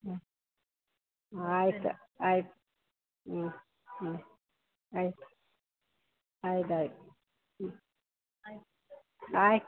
ಹ್ಞೂ ಆಯಿತು ಆಯ್ತು ಹ್ಞೂ ಹ್ಞೂ ಆಯ್ತು ಆಯ್ತು ಆಯ್ತು ಹ್ಞೂ ಆಯ್ತು